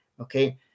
okay